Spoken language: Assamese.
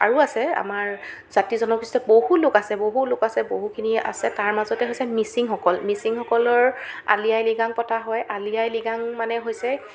আৰু আছে আমাৰ জাতি জনগোষ্ঠীয় বহুলোক আছে বহুলোক আছে বহুখিনি আছে তাৰ মাজতে হৈছে মিচিংসকল মিচিংসকলৰ আলি আই লিগাং পতা হয় আলি আই লিগাং মানে হৈছে